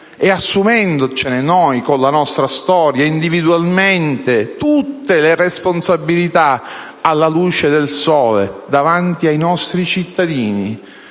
e assumendocene noi, con la nostra storia, individualmente, tutte le responsabilità, alla luce del sole, davanti ai nostri cittadini